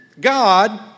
God